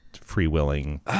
free-willing